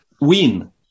win